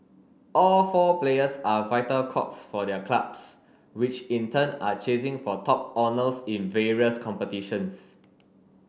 all four players are vital cogs for their clubs which in turn are chasing for top honours in various competitions